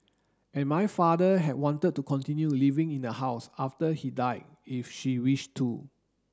and my father have wanted to continue living in the house after he died if she wish to